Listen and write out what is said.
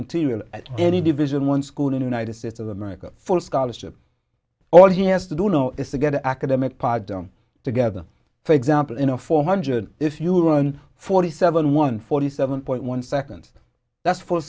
material at any division one school in united states of america full scholarship all he has to do know is to get the academic part done together for example in a four hundred if you won forty seven one forty seven point one second that's for